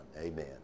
Amen